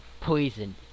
Poison